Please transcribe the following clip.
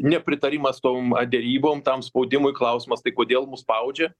nepritarimas tom derybom tam spaudimui klausimas tai kodėl mus spaudžia